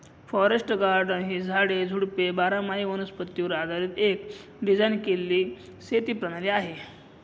forest garden ही झाडे, झुडपे बारामाही वनस्पतीवर आधारीत एक डिझाइन केलेली शेती प्रणाली आहे